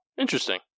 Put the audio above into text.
interesting